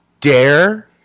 dare